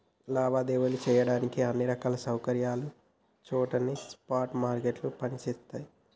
లావాదేవీలు చెయ్యడానికి అన్ని రకాల సౌకర్యాలున్న చోటనే స్పాట్ మార్కెట్లు పనిచేత్తయ్యి